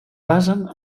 basen